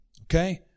okay